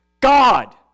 God